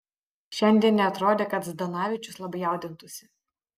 šiandien neatrodė kad zdanavičius labai jaudintųsi